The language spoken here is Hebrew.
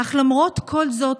למרות כל זאת,